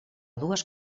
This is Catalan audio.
dues